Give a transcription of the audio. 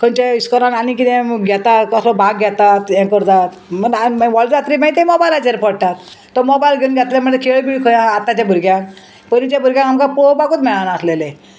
खंयच्याय इस्कोलान आनी किदें घेतात कसलो भाग घेतात हें करतात व्हडले जातली मागीर ते मोबायलाचेर पोडटात तो मोबायल घेवन घेतले म्हणल्यार खेळ बी खंय आतांच्या भुरग्यांक पयलींच्या भुरग्यांक आमकां पळोवपाकूच मेळनासलेले